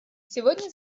сегодня